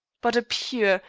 but a pure,